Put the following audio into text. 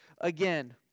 again